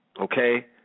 Okay